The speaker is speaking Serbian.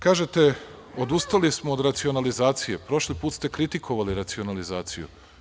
Kažete, odustali smo od racionalizacije, a prošli put ste kritikovali racionalizaciju.